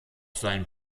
sein